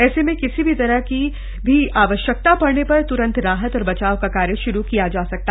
ऐसे में किसी भी तरह की भी आवश्यकता पड़ने पर त्रंत राहत और बचाव का कार्य श्रू किया जा सकेगा